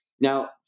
Now